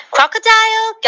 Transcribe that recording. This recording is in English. Crocodile